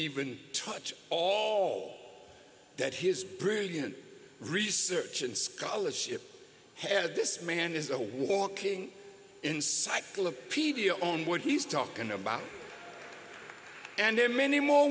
even touch all that his brilliant research and scholarship has this man is a walking encyclopedia on what he's talking about and there are many more